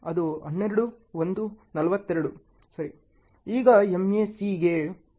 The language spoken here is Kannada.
ಈಗ ಇಲ್ಲಿ ಅದು 12 1 42 ಸರಿ ಈಗ MAC ಗೆ ಹಿಂತಿರುಗಿ